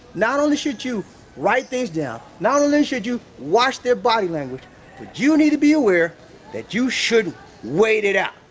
not only should you write things down, not only should you watch their body language but you need to be aware that you should wait it out.